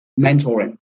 mentoring